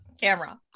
camera